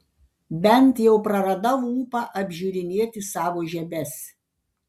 bent jau praradau ūpą apžiūrinėti savo žemes